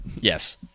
Yes